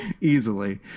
easily